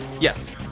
Yes